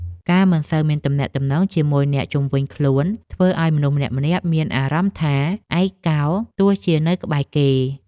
ការមិនសូវមានទំនាក់ទំនងជាមួយអ្នកជុំវិញខ្លួនធ្វើឱ្យមនុស្សម្នាក់ៗមានអារម្មណ៍ថា ឯកោទោះជានៅក្បែរគេ។